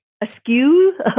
askew